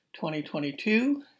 2022